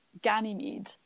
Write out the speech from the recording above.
Ganymede